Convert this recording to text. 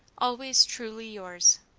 always truly yours,